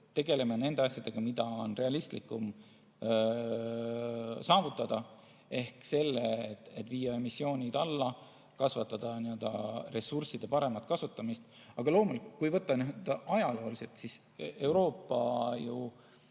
tegeleme nende asjadega, mida on realistlikum saavutada: viia emissioonid alla, kasvatada n-ö ressursside paremat kasutamist. Aga loomulikult, kui võtta ajalooliselt, siis Euroopa